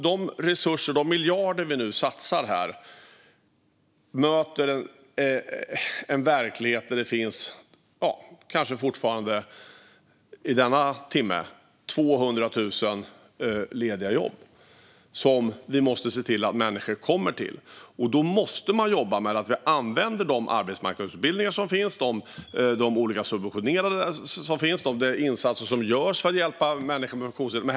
De miljarder vi nu satsar möter en verklighet där det fortfarande i denna timme finns kanske 200 000 lediga jobb som vi måste se till att människor kommer till. Då måste man använda de arbetsmarknadsutbildningar som finns, de olika subventionerade insatser som finns och de insatser som görs för att hjälpa människor med funktionshinder.